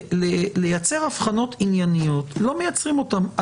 לייצר הבחנות ענייניות ולא מייצרים אותם.